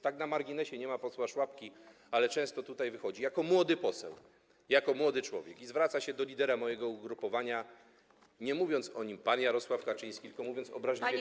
Tak na marginesie, nie ma posła Szłapki, ale on często tutaj wychodzi, jako młody poseł, jako młody człowiek, i zwraca się do lidera mojego ugrupowania, nie mówiąc o nim: pan Jarosław Kaczyński, tylko mówiąc obraźliwie: Kaczyński.